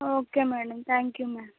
okay madam thank you madam